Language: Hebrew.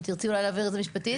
שתרצי אולי להבהיר את זה משפטית?